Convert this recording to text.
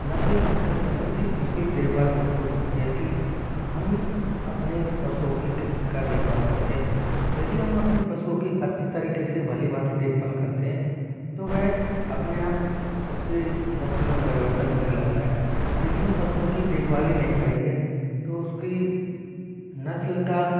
नस्ल महत्वपूर्ण नहीं होती उसकी देखभाल महत्वपूर्ण होती है कि हम अपने पशुओं की किस प्रकार देखभाल करते हैं यदि हम अपने पशुओं की अच्छी तरीके से भलीभांति देखभाल करते हैं तो वह अपने आप उस की नस्ल में परिवर्तन होने लगता है यदि हम पशुओं की देखभाली नहीं करेंगे तो उसकी नस्ल का